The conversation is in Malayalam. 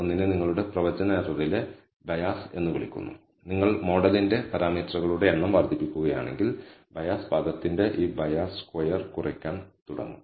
ഒന്നിനെ നിങ്ങളുടെ പ്രവചന എററിലെ ബയസ് എന്ന് വിളിക്കുന്നു നിങ്ങൾ മോഡലിന്റെ പാരാമീറ്ററുകളുടെ എണ്ണം വർദ്ധിപ്പിക്കുകയാണെങ്കിൽ ബയസ് പദത്തിന്റെ ഈ ബയസ് സ്ക്വയർ കുറയാൻ തുടങ്ങും